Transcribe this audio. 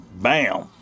bam